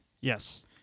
Yes